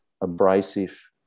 abrasive